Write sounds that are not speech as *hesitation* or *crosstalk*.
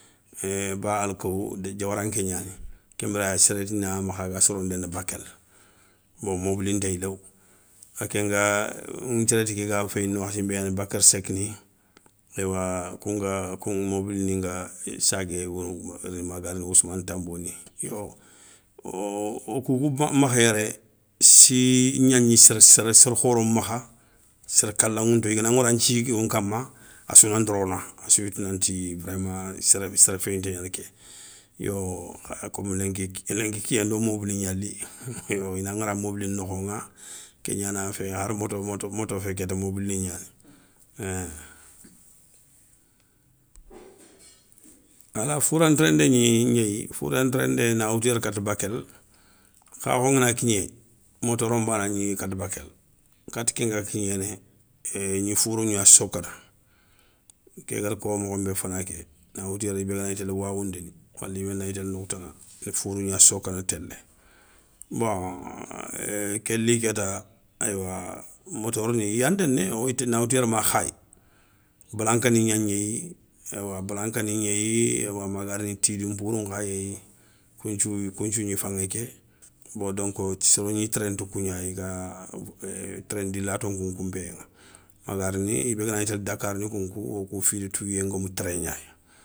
*hesitation* ba alikobou diawaranké gnani kenbiré séréti na makha, aga soron déni bakél, bon mobili ntéy low a kénga nthiéréti ké ga féyindi wakhati bé yani bakary seck ni eywa kounga kou mobilini nga sagué wourounou, ma ga rini ma ousmane danboni, yo woo o koukou, makha yéré, si gnagni soro khoro makha, séré kalaŋounto i gana ŋori an thi yougo kanma, assou na ndoro na assouyati nanti vraiment séré séré féyinté gnaniké yo, ay komo lenki, lenki kiyé ndo mobili gna li, yo ina ŋora mobili nokhoŋa, ké gnana féyé hari moto moto fé kéta mobili gnani, hein. Wala foura ntéréndé gni gnéy foura ntérendé na woutou yéré katta bakél khakho ngana kigné, motoro nbana gni kata bakél, kata kenga kignéné, éé i gni fourou gna sokana, ké gada ko mokhon bé fana ké na woutou yéré i bé ganagni télé waoundé ni, mali béndagni télé nokho tana, i na fourou gna sokana télé, bon *hesitation* ké li kéta eywa motor ni i ya ndéné na woutou yéré ma khayes, balankani gnagnéyi, eywa balankani gnéyi maga rini tidi npourou nkha yéyi. Kounthiouyi kounthiou gni faŋé ké bon donko soro gni téréné ti kougna, i ga é térendi lato nkounkou npéyé ŋa maga rini i bé gana gni télé dakar ni kounkou wokou fi da touwiyé ngomou train gna.